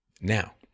Now